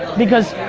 because